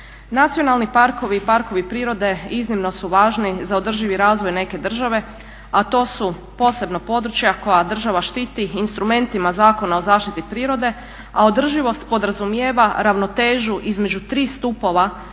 Nacionalni parkovi i parkovi prirode iznimno su važni za održivi razvoj neke države, a to su posebno područja koja država štiti instrumentima Zakona o zaštiti prirode, a održivost podrazumijeva ravnotežu između tri stupa na kojima